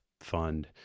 Fund